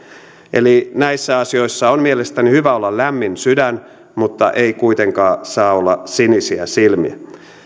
eli näissä asioissa on mielestäni hyvä olla lämmin sydän mutta ei kuitenkaan saa olla sinisiä silmiä